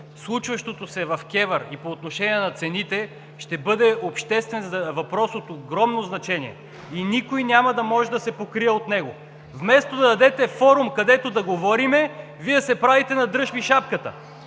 случващото се в КЕВР и по отношение на цените ще бъде обществен въпрос от огромно значение и никой няма да може да се покрие от него. Вместо да дадете форум, където да говорим, Вие се правите на „дръж ми шапката“.